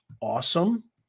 awesome